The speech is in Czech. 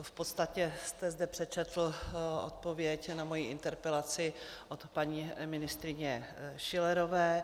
V podstatě jste zde přečetl odpověď na moji interpelaci od paní ministryně Schillerové.